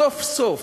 סוף-סוף,